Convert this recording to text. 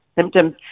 symptoms